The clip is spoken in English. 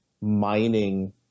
mining